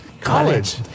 College